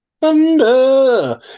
Thunder